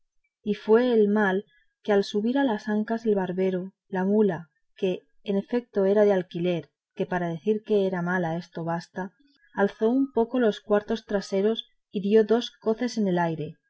y fue el mal que al subir a las ancas el barbero la mula que en efeto era de alquiler que para decir que era mala esto basta alzó un poco los cuartos traseros y dio dos coces en el aire